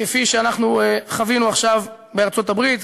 כפי שאנחנו חווינו עכשיו בארצות-הברית,